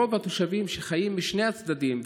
רוב התושבים שחיים בשני הצדדים,